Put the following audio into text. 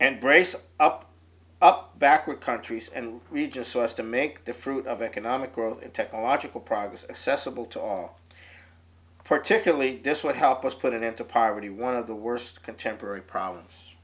and brace up up backward countries and regions source to make the fruit of economic growth in technological progress accessible to all particularly this would help us put it into poverty one of the worst contemporary problems